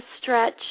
stretch